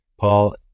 Paul